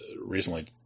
recently